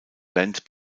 band